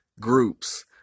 groups